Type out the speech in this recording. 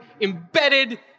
embedded